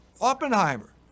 Oppenheimer